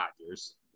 dodgers